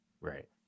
Right